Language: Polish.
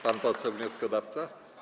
Pan poseł wnioskodawca.